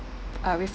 uh